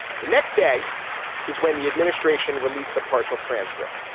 the next day is when the administration released the partial transcript.